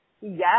Yes